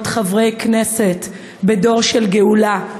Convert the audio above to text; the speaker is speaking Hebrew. להיות חברי כנסת בדור של גאולה,